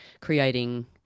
creating